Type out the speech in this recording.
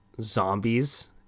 zombies